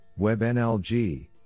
WebNLG